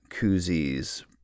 koozies